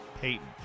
Peyton